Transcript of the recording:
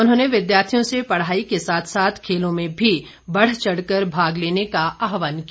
उन्होंने विद्यार्थियों से पढ़ाई के साथ साथ खेलों में भी बढ़चढ़ कर भाग लेने का आहवान किया